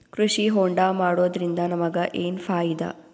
ಕೃಷಿ ಹೋಂಡಾ ಮಾಡೋದ್ರಿಂದ ನಮಗ ಏನ್ ಫಾಯಿದಾ?